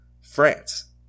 France